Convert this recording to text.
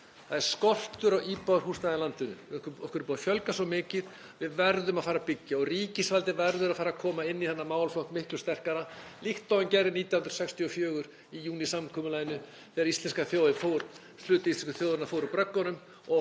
Það er skortur á íbúðarhúsnæði í landinu. Okkur er búið að fjölgað svo mikið að við verðum að fara að byggja og ríkisvaldið verður að fara að koma inn í þennan málaflokk miklu sterkara, líkt og það gerði 1964 með júnísamkomulaginu þegar hluti íslensku þjóðarinnar fór úr bröggunum